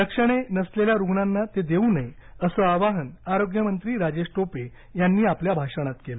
लक्षणे नसलेल्या रुग्णांना ते देऊ नये असं आवाहन आरोग्यमंत्री राजेश टोपे यांनी आपल्या भाषणात केलं